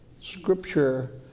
scripture